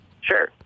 Sure